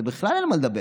על זה בכלל אין מה לדבר,